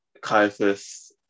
Caiaphas